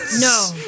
No